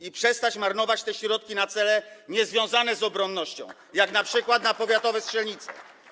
i przestać marnować te środki na cele niezwiązane z obronnością, jak np. powiatowe strzelnice.